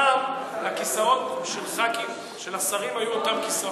פעם הכיסאות של חברי הכנסת והשרים היו אותם כיסאות,